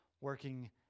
working